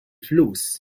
flus